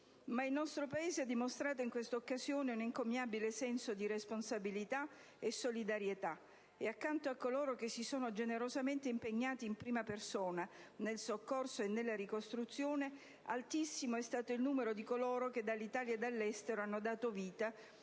Il nostro Paese ha dimostrato in questa occasione un encomiabile senso di responsabilità e solidarietà e, accanto a coloro che si sono generosamente impegnati in prima persona nel soccorso e nella ricostruzione, altissimo è stato il numero di quelli che, dall'Italia e dall'estero, hanno dato vita